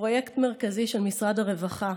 פרויקט מרכזי של משרד הרווחה,